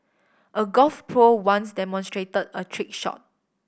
a golf pro once demonstrate a trick shot